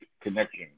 connection